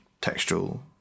textual